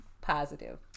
positive